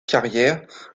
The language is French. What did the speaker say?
carrière